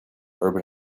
urban